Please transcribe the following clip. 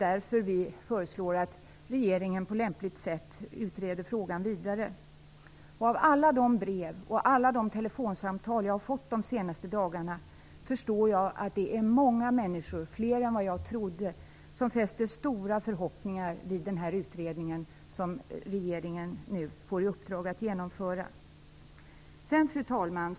Därför föreslår vi att regeringen på lämpligt sätt utreder frågan vidare. Att döma av alla brev och telefonsamtal som jag under de senaste dagarna har fått förstår jag att det är långt fler än jag trott som fäster stora förhoppningar vid den utredning som regeringen nu får i uppdrag att genomföra. Fru talman!